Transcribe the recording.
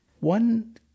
One